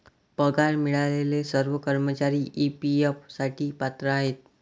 पगार मिळालेले सर्व कर्मचारी ई.पी.एफ साठी पात्र आहेत